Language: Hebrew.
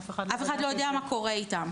אף אחד לא יודע מה קורה איתם.